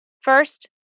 First